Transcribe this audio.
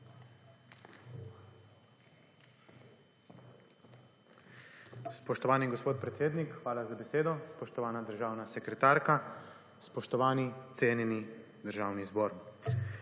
Spoštovani gospod predsednik, hvala za besedo. Spoštovana državna sekretarka, spoštovani cenjeni Državni zbor.